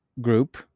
group